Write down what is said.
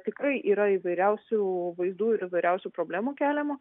tikrai yra įvairiausių vaizdų ir įvairiausių problemų keliama